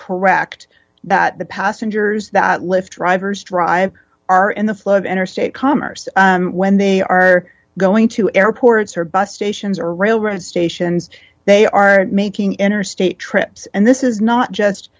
correct that the passengers that lift drivers drive are in the flow of enter state commerce when they are going to airports or bus stations or railroad stations they are making interstate trips and this is not just